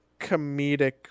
comedic